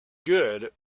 good